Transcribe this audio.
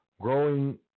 growing